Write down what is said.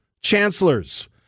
chancellors